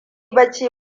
bacci